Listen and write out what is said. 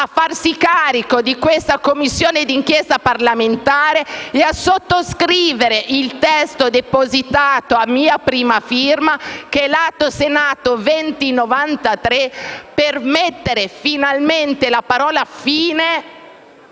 a farsi carico di questa Commissione d'inchiesta parlamentare e a sottoscrivere il testo depositato a mia prima firma, l'Atto Senato 2093, per mettere finalmente la parola fine